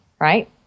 right